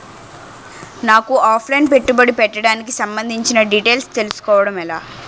నాకు offline పెట్టుబడి పెట్టడానికి సంబందించిన డీటైల్స్ తెలుసుకోవడం ఎలా?